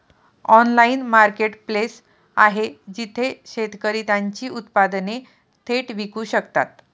Online marketplace आहे जिथे शेतकरी त्यांची उत्पादने थेट विकू शकतात?